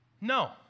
No